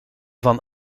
van